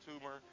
tumor